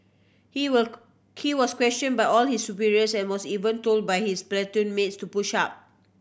he were he was question by all his superiors and was even told by his platoon mates to push up